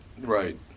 Right